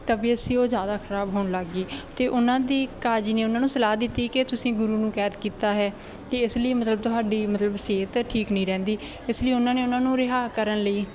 ਤਬੀਅਤ ਸੀ ਉਹ ਜ਼ਿਆਦਾ ਖਰਾਬ ਹੋਣ ਲੱਗ ਗਈ ਅਤੇ ਉਹਨਾਂ ਦੀ ਕਾਜ਼ੀ ਨੇ ਉਹਨਾਂ ਨੂੰ ਸਲਾਹ ਦਿੱਤੀ ਕਿ ਤੁਸੀਂ ਗੁਰੂ ਨੂੰ ਕੈਦ ਕੀਤਾ ਹੈ ਅਤੇ ਇਸ ਲਈ ਮਤਲਬ ਤੁਹਾਡੀ ਮਤਲਬ ਸਿਹਤ ਠੀਕ ਨਹੀਂ ਰਹਿੰਦੀ ਇਸ ਲਈ ਉਹਨਾਂ ਨੇ ਉਹਨਾਂ ਨੂੰ ਰਿਹਾਅ ਕਰਨ ਲਈ